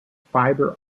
fiber